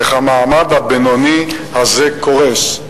איך המעמד הבינוני הזה קורס.